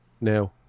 now